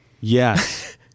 Yes